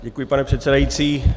Děkuji, pane předsedající.